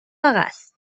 است